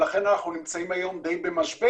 לכן אנחנו נמצאים היום די במשבר,